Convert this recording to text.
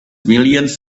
millions